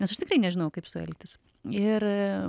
nes aš tikrai nežinojau kaip su juo elgtis ir